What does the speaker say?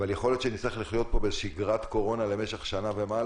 אבל יכול להיות שנצטרך לחיות פה בשגרת קורונה למשל יותר משנה ולכן